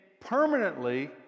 permanently